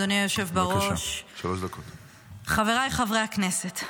אדוני היושב-ראש, חבריי חברי הכנסת,